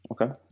Okay